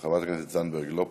חברת הכנסת זנדברג, לא פה,